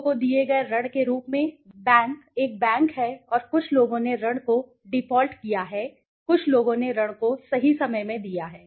लोगों को दिए गए ऋण के रूप में बैंक एक बैंक है और कुछ लोगों ने ऋण को डिफ़ॉल्ट किया है कुछ लोगों ने ऋण को सही समय में दिया है